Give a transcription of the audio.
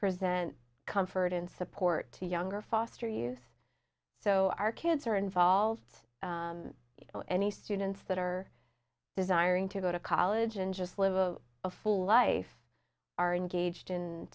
present comfort and support to younger foster youth so our kids are involved any students that are desiring to go to college and just live a a full life are engaged in